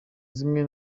zimwe